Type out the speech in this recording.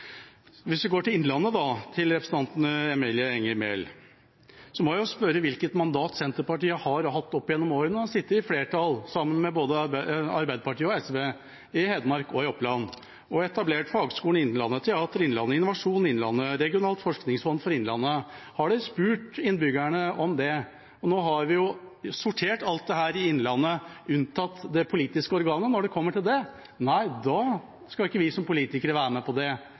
Hvis vi går til Innlandet og til representanten Emilie Enger Mehl, må jeg spørre hvilket mandat Senterpartiet har hatt opp gjennom årene når de har sittet i flertall sammen med både Arbeiderpartiet og SV i Hedmark og i Oppland og etablert Fagskolen Innlandet, Teater Innlandet, Innovasjon Norge Innlandet og Regionalt forskningsfond Innlandet. Har de spurt innbyggerne om det? Nå har vi sortert alt dette i Innlandet, unntatt det politiske organet. Når det kommer til det, nei, da skal ikke vi som politikere være med på det!